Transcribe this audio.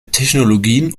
technologien